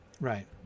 right